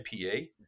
IPA